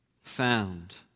found